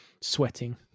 sweating